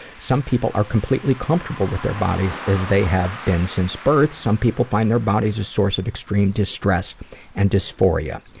some people are completely comfortable with their bodies as they have been since birth. some people find their bodies a source of extreme distress and dysphoria.